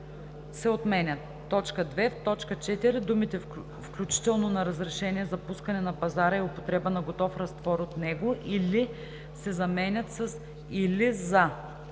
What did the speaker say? се отменя. 2. В т. 4 думите „включително на разрешение за пускане на пазара и употреба на готов разтвор от него, или“ се заменят с „или за“.